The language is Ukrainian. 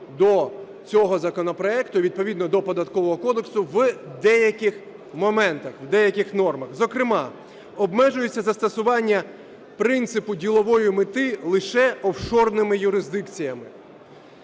до цього законопроекту відповідно до Податкового кодексу в деяких моментах, в деяких нормах. Зокрема, обмежується застосування принципу ділової мети лише офшорними юрисдикціями.